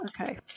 Okay